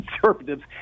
conservatives